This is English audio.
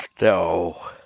no